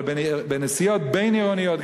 אבל בנסיעות בין-עירוניות,